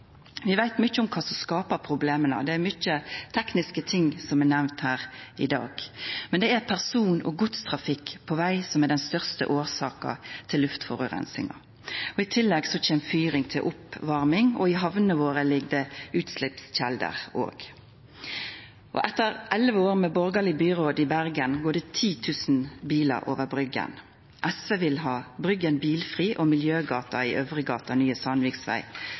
Vi veit mykje om kva som skaper problema. Det er mange tekniske ting som er nemnde her i dag, men det er person- og godstrafikk på veg som er den største årsaka til luftforureininga. I tillegg kjem fyring til oppvarming, og i hamnene våre ligg det òg utsleppskjelder. Etter elleve år med borgarleg byråd i Bergen går det 10 000 bilar over Bryggen. SV vil ha Bryggen bilfri og miljøgate i Øvregate, Nye